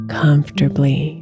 comfortably